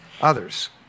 others